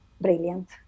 brilliant